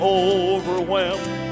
overwhelmed